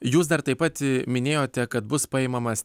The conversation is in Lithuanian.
jūs dar taip pat minėjote kad bus paimamas